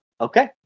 Okay